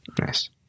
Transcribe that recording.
Nice